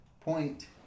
point